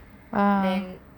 !wow!